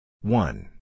One